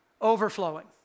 overflowing